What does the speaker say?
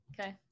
Okay